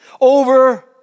over